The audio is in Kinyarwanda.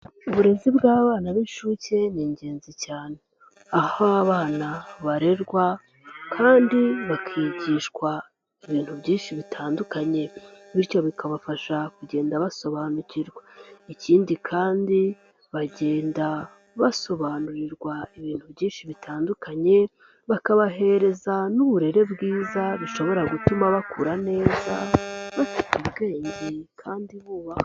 Uburezi bw'abana b'inshuke ni ingenzi cyane. Aho abana barererwa kandi bakigishwa ibintu byinshi bitandukanye bityo bikabafasha kugenda basobanukirwa. Ikindi kandi bagenda basobanurirwa ibintu byinshi bitandukanye bakabahereza n'uburere bwiza bishobora gutuma bakura neza bafite ubwenge kandi bubahawa.